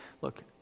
Look